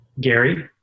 Gary